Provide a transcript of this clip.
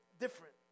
different